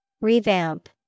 Revamp